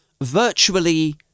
virtually